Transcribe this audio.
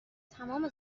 تمام